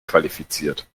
qualifiziert